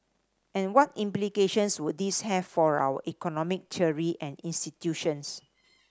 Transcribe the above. and what implications would this have for our economic theory and institutions